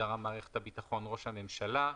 להגדרה "מערכת הביטחון" ראש הממשלה.